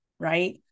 Right